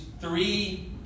three